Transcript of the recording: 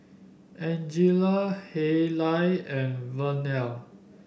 Angelia Haylie and Vernelle